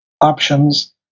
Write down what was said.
options